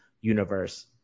universe